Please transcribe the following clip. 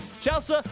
Chelsea